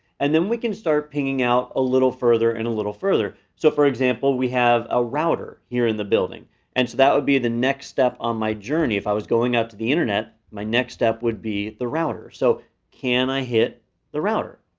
and then we can start pinging out a little further and a little further. so for example, we have a router here in the building and so that would be the next step on my journey if i was going out to the internet, my next step would be the router, so can i hit the router?